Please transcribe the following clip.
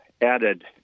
added